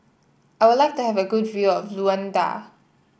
I would like to have a good view of Luanda